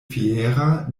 fiera